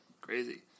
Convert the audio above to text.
Crazy